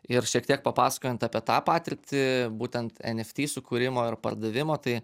ir šiek tiek papasakojant apie tą patirtį būtent eft sukūrimo ir pardavimo tai